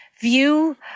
view